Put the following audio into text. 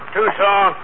Tucson